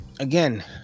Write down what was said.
again